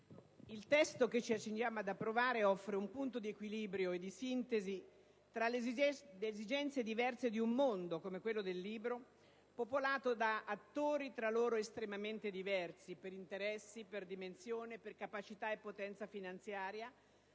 il testo che ci accingiamo ad approvare offre un punto di equilibrio e di sintesi tra le diverse esigenze di un mondo, come quello del libro, popolato da attori tra loro estremamente diversi per interessi, per dimensione, per capacità e potenza finanziaria,